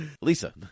Lisa